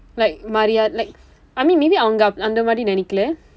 like மரிய:mariya like I mean maybe அவங்க அந்த மாதிரி நினைக்கில:avangka andtha maathiri ninaikkila